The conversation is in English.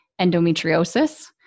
endometriosis